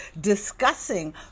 discussing